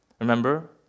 Remember